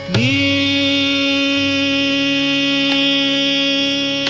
e